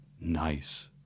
Nice